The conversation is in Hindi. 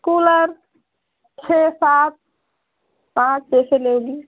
कूलर छः सात आप जैसे लेगी